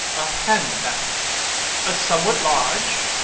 a hand-bag a somewhat large,